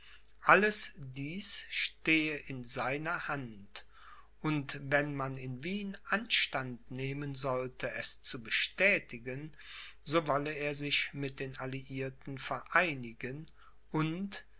alles dies stehe in seiner hand und wenn man in wien anstand nehmen sollte es zu bestätigen so wolle er sich mit den alliierten vereinigen und